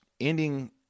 ending